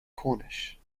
cornish